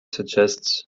suggests